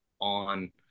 on